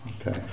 Okay